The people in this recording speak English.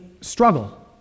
struggle